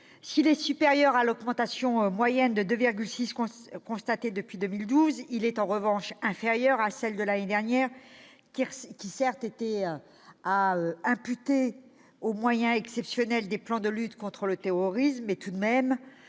est supérieure à l'augmentation moyenne de 2,6 % constatée depuis 2012, elle est en revanche inférieure à celle de l'année dernière, laquelle, certes, devait être imputée aux moyens exceptionnels consacrés aux plans de lutte contre le terrorisme. Mais tout de même,